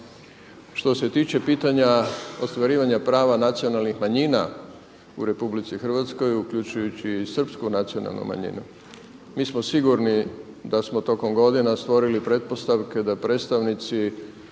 Što se tiče pitanja ostvarivanja prava nacionalnih manjima u RH uključujući i srpsku nacionalnu manjinu mi smo sigurni da smo tokom godina stvorili pretpostavke da predstavnici